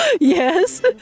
yes